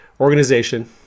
organization